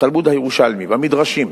בתלמוד הירושלמי, במדרשים,